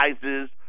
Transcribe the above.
sizes